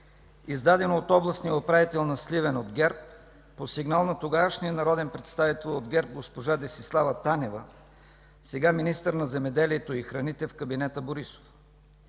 издадено от Областния управител на Сливен от ГЕРБ, по сигнал на тогавашния народен представител от ГЕРБ госпожа Десислава Танева, сега министър на земеделието и храните в кабинета Борисов.